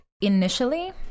initially